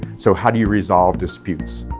so how do you resolve disputes?